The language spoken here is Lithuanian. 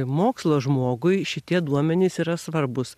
mokslo žmogui šitie duomenys yra svarbūs